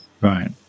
right